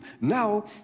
Now